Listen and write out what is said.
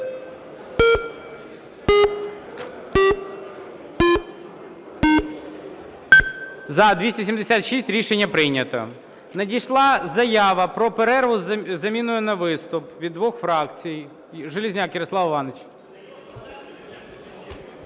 За-276 Рішення прийнято. Надійшла заява про перерву з заміною на виступ від двох фракцій. Железняк Ярослав Іванович.